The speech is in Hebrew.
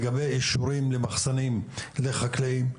בנוגע לאישורים למחסנים לחקלאים.